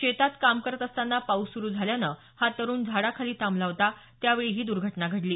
शेतात काम करत असताना पाऊस सुरु झाल्यानं हा तरुण झाडाखाली थांबला होता त्यावेळी ही दुर्घटना घडली